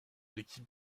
l’équipe